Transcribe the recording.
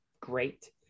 great